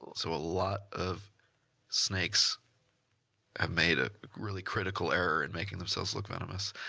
so a lot of snakes have made a really critical error in making themselves look venomous.